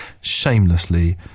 shamelessly